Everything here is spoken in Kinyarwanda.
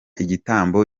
igitambo